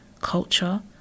culture